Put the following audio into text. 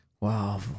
Wow